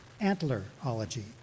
antler-ology